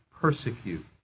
persecute